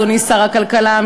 אדוני שר הכלכלה,